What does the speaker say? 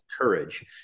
courage